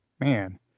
Man